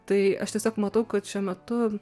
tai aš tiesiog matau kad šiuo metu